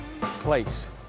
place